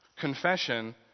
Confession